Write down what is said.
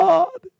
God